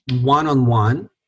one-on-one